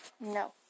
No